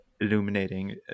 illuminating